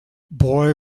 boy